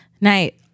Night